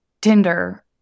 Tinder